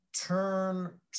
turn